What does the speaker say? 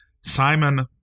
Simon